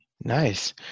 Nice